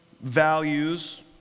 values